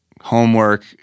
homework